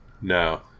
No